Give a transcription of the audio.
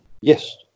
Yes